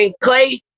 Clay